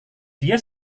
dia